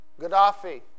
Gaddafi